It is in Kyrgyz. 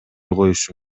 коюшу